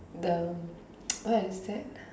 the what is that